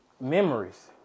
Memories